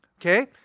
Okay